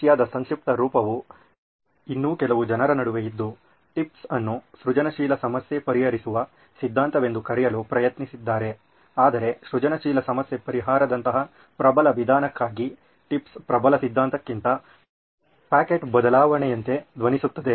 ರಷ್ಯಾದ ಸಂಕ್ಷಿಪ್ತ ರೂಪವು ಇನ್ನೂ ಕೆಲವು ಜನರ ನಡುವೆ ಇದ್ದು ಟಿಪ್ಸ್ ಅನ್ನು ಸೃಜನಶೀಲ ಸಮಸ್ಯೆ ಪರಿಹರಿಸುವ ಸಿದ್ಧಾಂತವೆಂದು ಕರೆಯಲು ಪ್ರಯತ್ನಿಸಿದ್ದಾರೆ ಆದರೆ ಸೃಜನಶೀಲ ಸಮಸ್ಯೆ ಪರಿಹಾರದಂತಹ ಪ್ರಬಲ ವಿಧಾನಕ್ಕಾಗಿ ಟಿಪ್ಸ್ ಪ್ರಬಲ ಸಿದ್ಧಾಂತಕ್ಕಿಂತ ಪಾಕೆಟ್ ಬದಲಾವಣೆಯಂತೆ ಧ್ವನಿಸುತ್ತದೆ